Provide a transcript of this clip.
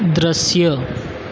દૃશ્ય